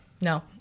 No